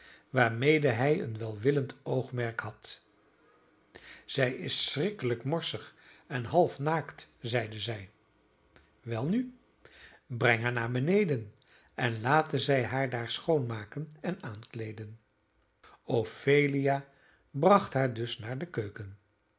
waarmede hij een welwillend oogmerk had zij is schrikkelijk morsig en half naakt zeide zij welnu breng haar naar beneden en laten zij haar daar schoonmaken en aankleeden ophelia bracht haar dus naar de keuken